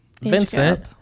Vincent